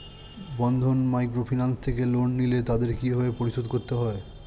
বন্ধন microfinance থেকে loan নিলে তাদের কিভাবে পরিশোধ করতে হয়?